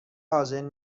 حاضر